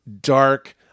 dark